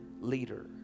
leader